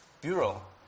bureau